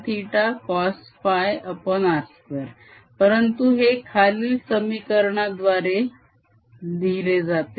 rr214π04π3R3Psinθcosϕr2 परंतु हे खालील समिकारणांद्वारे लिहिले जाते